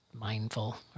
mindful